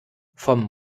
vom